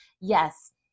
Yes